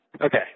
Okay